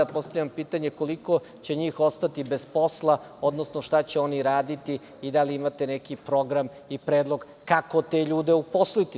Postavljam pitanje – koliko će njih ostati bez posla, odnosno šta će oni raditi i da li imate neki program i predlog kako te ljude uposliti?